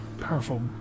Powerful